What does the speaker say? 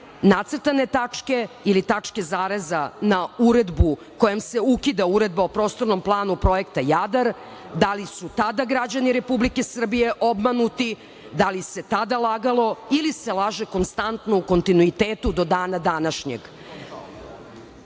nacrtane tačke ili tačke zareza na uredbu kojom se ukida Uredba o Prostornom planu Projekta "Jadar". Da li su tada građani Republike Srbije obmanuti, da li se tada lagalo ili se laže konstantno u kontinuitetu do dana današnjeg? Da,